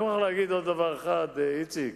אני מוכרח להגיד עוד דבר אחד, איציק,